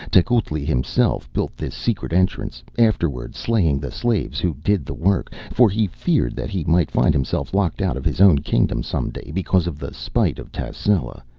tecuhltli himself built this secret entrance, afterward slaying the slaves who did the work for he feared that he might find himself locked out of his own kingdom some day because of the spite of tascela,